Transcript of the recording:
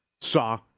Saw